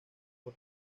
por